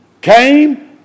Came